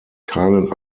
keinen